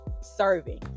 serving